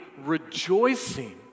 rejoicing